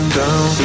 down